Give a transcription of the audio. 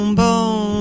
boom